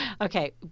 Okay